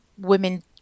women